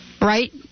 Right